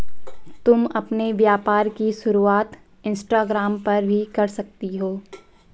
तुम अपने व्यापार की शुरुआत इंस्टाग्राम पर भी कर सकती हो